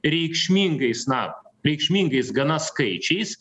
reikšmingais na reikšmingais gana skaičiais